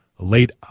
late